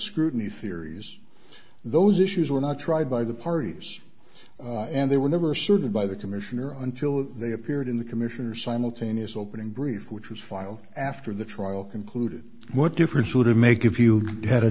scrutiny theories those issues were not tried by the parties and they were never asserted by the commissioner until they appeared in the commission or simultaneous opening brief which was filed after the trial concluded what difference would it make if you had a